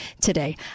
today